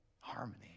harmony